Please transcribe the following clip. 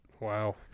wow